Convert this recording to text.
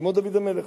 כמו דוד המלך,